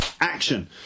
action